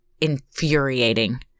infuriating